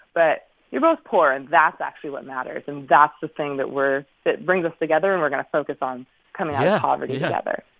but you're both poor, and that's actually what matters. and that's the thing that we're that brings us together and we're going to focus on coming out of poverty together